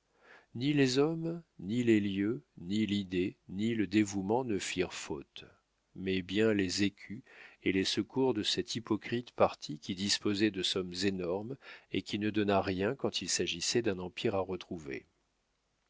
ni les hommes ni les lieux ni l'idée ni le dévouement ne firent faute mais bien les écus et les secours de cet hypocrite parti qui disposait de sommes énormes et qui ne donna rien quand il s'agissait d'un empire à retrouver